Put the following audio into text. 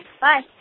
Bye